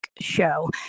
show